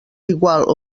igual